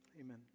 Amen